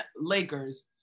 Lakers